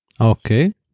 Okay